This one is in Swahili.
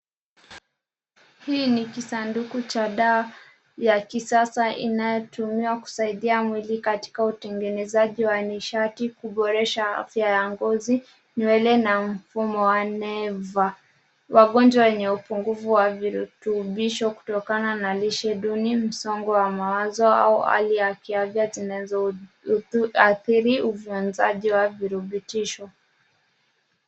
Hii ni kisanduku cha dawa ya kisasa inayotumiwa kusaidia mwili katika utengenezaji wa nishati, kuboresha afya ya ngozi, nywele na mfumo wa neva . Wagonjwa wenye upungufu wa virutubisho kutokana na lishe duni, msongo wa mawazo au hali ya kiafya zinazo athiri ufyonzaji wa virutubisho.